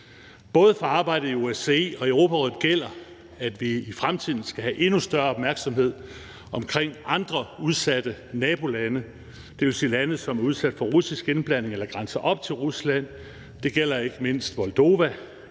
Både for arbejdet i OSCE og Europarådet gælder det, at vi i fremtiden skal have endnu større opmærksomhed omkring andre udsatte nabolande, dvs. lande, som er udsat for russisk indblanding eller grænser op til Rusland. Det gælder ikke mindst Moldova,